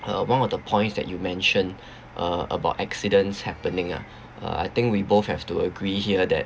uh one of the points that you mentioned uh about accidents happening ah uh I think we both have to agree here that